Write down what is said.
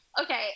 Okay